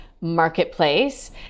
marketplace